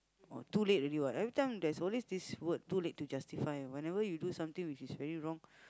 oh too late already what every time there's always this word too late to justify whenever you do something which is very wrong